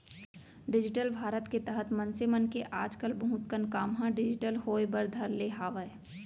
digital Bharat के तहत मनसे मन के आज कल बहुत कन काम ह डिजिटल होय बर धर ले हावय